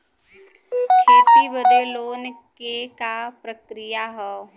खेती बदे लोन के का प्रक्रिया ह?